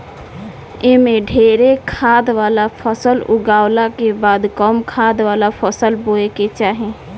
एमे ढेरे खाद वाला फसल उगावला के बाद कम खाद वाला फसल बोए के चाही